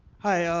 hi, ah